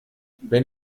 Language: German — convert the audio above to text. wenn